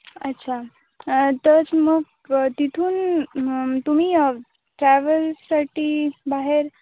अच्छा तर मग तिथून तुम्ही ट्रॅव्हल्ससाठी बाहेर